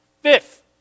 Fifth